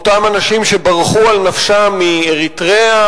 אותם אנשים שברחו על נפשם מאריתריאה